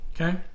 okay